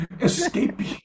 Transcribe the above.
escaping